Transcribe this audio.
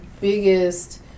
biggest